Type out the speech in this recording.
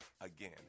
Again